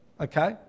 Okay